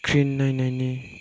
screen नायनायनि